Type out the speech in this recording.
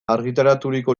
argitaraturiko